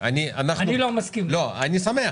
אני שמח